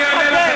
אני אענה לך,